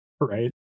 right